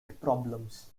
problems